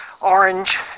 Orange